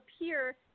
appear